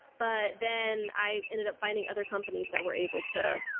but then i ended up finding other companies that were able to.